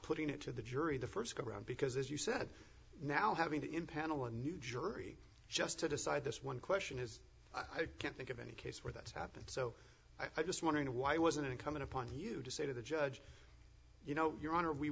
putting it to the jury the st go around because as you said now having to empanel a new jury just to decide this one question is i can't think of any case where that happened so i just wondering why wasn't it coming upon you to say to the judge you know your honor we